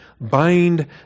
Bind